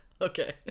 Okay